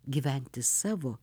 gyventi savo